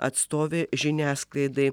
atstovė žiniasklaidai